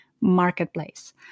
Marketplace